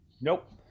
Nope